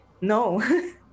No